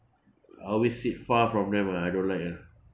I always sit far from them ah I don't like ah